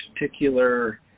particular